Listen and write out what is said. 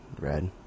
red